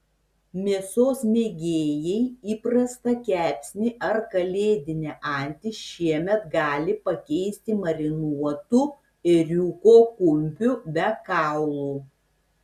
mėsos mėgėjai įprastą kepsnį ar kalėdinę antį šiemet gali pakeisti marinuotu ėriuko kumpiu be kaulų